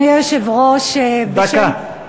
דקה.